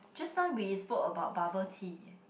just now we spoke about bubble tea